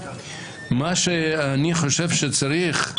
מה שאני חושב שצריך,